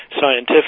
scientific